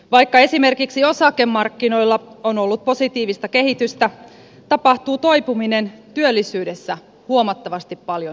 vaikka esimerkiksi osakemarkkinoilla on ollut positiivista kehitystä tapahtuu toipuminen työllisyydessä huomattavasti paljon hitaammin